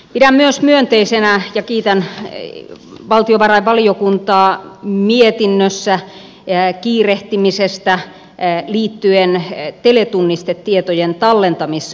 pidän myös myönteisenä ja kiitän valtiovarainvaliokuntaa mietinnössä kiirehtimisestä liittyen teletunnistetietojen tallentamiskustannuksiin